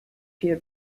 viel